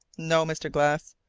no, mr. glass.